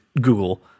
Google